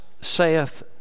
saith